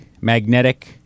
Magnetic